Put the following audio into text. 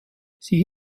sie